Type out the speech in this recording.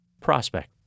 Prospect